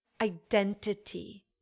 identity